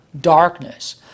darkness